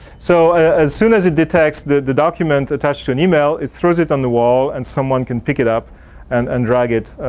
so, as as soon as it detects the the document attached to an email, it throws it on the wall and someone can pick it up and and drag it